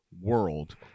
world